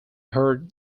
heard